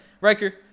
Riker